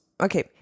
Okay